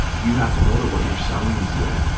you have to know that what you're selling is good.